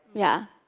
yeah.